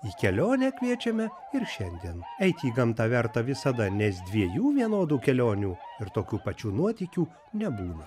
į kelionę kviečiame ir šiandien eiti į gamtą verta visada nes dviejų vienodų kelionių ir tokių pačių nuotykių nebūna